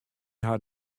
har